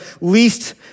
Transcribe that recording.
least